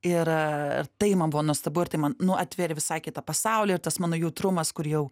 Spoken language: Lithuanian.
ir ir tai man buvo nuostabu ir tai man nu atvėrė visai kitą pasaulį ir tas mano jautrumas kur jau